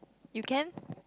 you can